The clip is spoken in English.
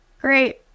great